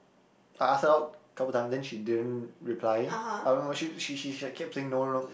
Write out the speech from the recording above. I asked her out couple times then she didn't reply I don't know she she she she like kept saying no no